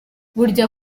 burya